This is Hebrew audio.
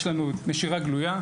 יש לנו נשירה גלויה,